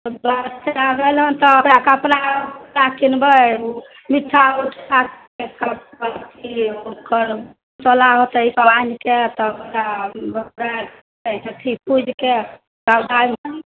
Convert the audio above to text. ओएह गेलहुँ तऽ ओएह कपड़ा लत्ता कीनबै मीठ्ठा उठ्ठा ओकर सब आल होते ताहि पर आनिके छठि पूजि के सब भाइ बहिन